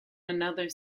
another